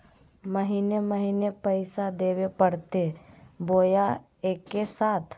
महीने महीने पैसा देवे परते बोया एके साथ?